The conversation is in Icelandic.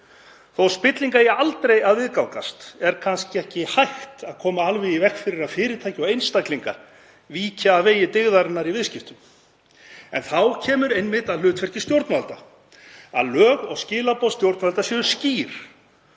Þótt spilling eigi aldrei að viðgangast er kannski ekki hægt að koma alveg í veg fyrir að fyrirtæki og einstaklingar víki af vegi dyggðarinnar í viðskiptum en þá kemur einmitt að hlutverki stjórnvalda, að lög og skilaboð stjórnvalda séu skýr.